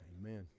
Amen